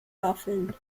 waffeln